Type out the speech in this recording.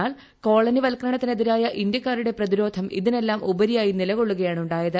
എന്നാൽ കോളനിവൽക്കരണത്തിനെതിരായ ഇന്ത്യക്കാരുടെ പ്രതിരോധം ഇതിന് എല്ലാം ഉപരിയായി നിലകൊള്ളുകയാണ് ഉണ്ടായത്